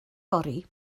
fory